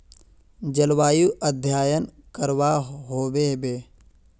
जलवायु अध्यन करवा होबे बे?